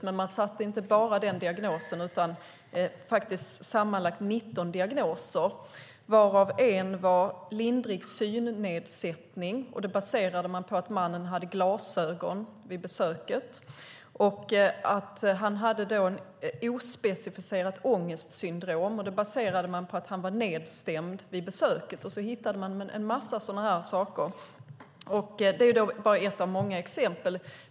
Men man satte inte bara den diagnosen utan sammanlagt 19 diagnoser. En var lindrig synnedsättning. Det baserade man på att mannen hade glasögon vid besöket. Han hade ett ospecificerat ångestsyndrom. Det baserade man på att han var nedstämd vid besöket. Och så hittade man en massa sådana saker. Det är bara ett av många exempel.